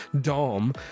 Dom